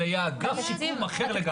אלא יהיה אגף שיקום אחר לגמרי.